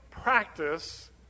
Practice